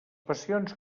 passions